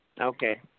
Okay